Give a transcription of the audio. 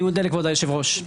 אני מודה לכבוד היושב-ראש.